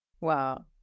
Wow